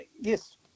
Yes